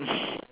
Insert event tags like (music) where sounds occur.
(laughs)